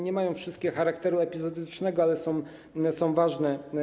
Nie mają wszystkie charakteru epizodycznego, ale są ważne.